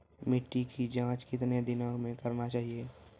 मिट्टी की जाँच कितने दिनों मे करना चाहिए?